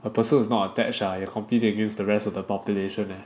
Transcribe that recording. a person who's not attach ah they're competing against the rest of the population eh